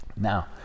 Now